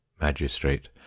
Magistrate